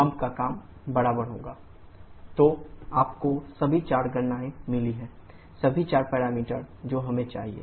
pump का काम बराबर होगा wPh1 h426034klkC तो आपको सभी चार गणनाएं मिली हैं सभी चार पैरामीटर जो हमें चाहिए